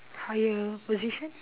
higher position